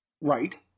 Right